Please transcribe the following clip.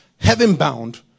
heaven-bound